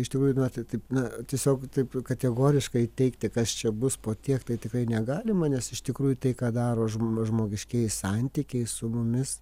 iš tikrųjų duoti taip na tiesiog taip kategoriškai teigti kas čia bus po tiek tai tikrai negalima nes iš tikrųjų tai ką daro žmo žmogiškieji santykiai su mumis